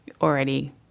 already